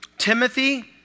Timothy